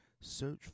Search